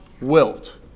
wilt